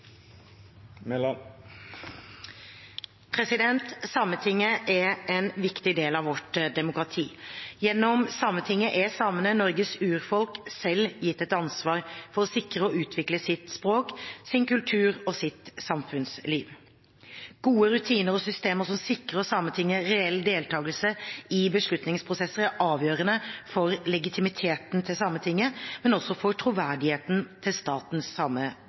innstillingen. Sametinget er en viktig del av vårt demokrati. Gjennom Sametinget er samene, Norges urfolk, selv gitt et ansvar for å sikre og utvikle sitt språk, sin kultur og sitt samfunnsliv. Gode rutiner og systemer som sikrer Sametinget reell deltakelse i beslutningsprosesser, er avgjørende for legitimiteten til Sametinget, men også for troverdigheten til statens